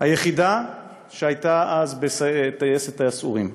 היחידה שהייתה אז בטייסת היסעורים.